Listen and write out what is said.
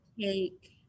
take